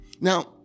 Now